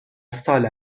سال